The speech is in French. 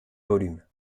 volume